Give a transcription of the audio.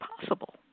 possible